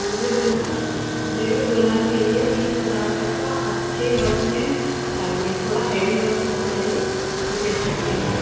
مجھے دلہن کے مجھے دلہن کے لیے بیس ہزار تک کا اچھے ورک میں چاہیے تھوڑا ہیوی ورک ہونا چاہیے ریسیپشن کے لیے